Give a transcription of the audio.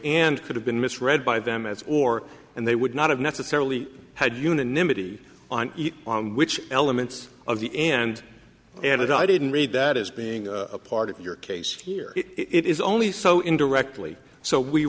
and could have been misread by them as or and they would not have necessarily had unanimity on each on which elements of the and added i didn't read that as being a part of your case here it is only so indirectly so we